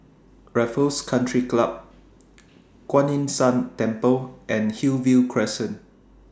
Raffles Country Club Kuan Yin San Temple and Hillview Crescent